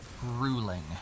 grueling